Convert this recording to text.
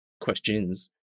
questions